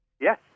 Yes